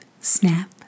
snap